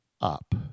up